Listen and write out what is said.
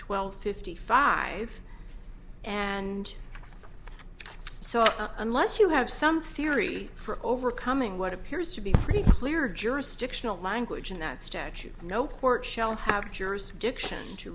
twelve fifty five and so unless you have some theory for overcoming what appears to be pretty clear jurisdictional language in that statute no court shall have jurisdiction to